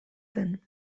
zen